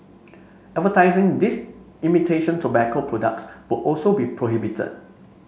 advertising these imitation tobacco products will also be prohibited